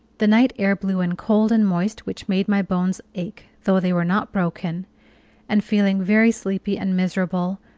the night air blew in cold and moist, which made my bones ache, though they were not broken and feeling very sleepy and miserable,